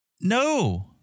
No